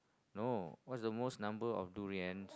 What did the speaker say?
no what's the most number of durians